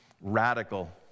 radical